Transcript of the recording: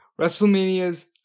Wrestlemania's